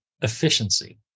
efficiency